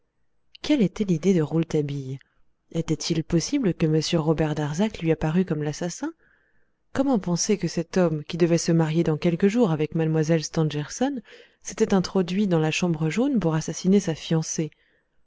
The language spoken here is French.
quelle était l'idée de rouletabille était-il possible que m robert darzac lui apparût comme l'assassin comment penser que cet homme qui devait se marier dans quelques jours avec mlle stangerson s'était introduit dans la chambre jaune pour assassiner sa fiancée